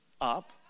up